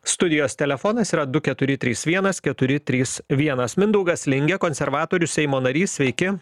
studijos telefonas yra du keturi trys vienas keturi trys vienas mindaugas lingė konservatorius seimo narys sveiki